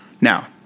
Now